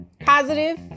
positive